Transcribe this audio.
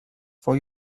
for